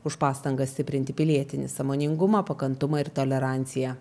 už pastangas stiprinti pilietinį sąmoningumą pakantumą ir toleranciją